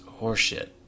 horseshit